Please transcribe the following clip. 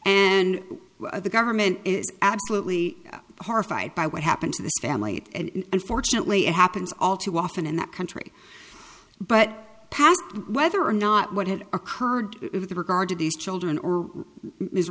and the government is absolutely horrified by what happened to this family and unfortunately it happens all too often in that country but passed whether or not what had occurred with regard to these children or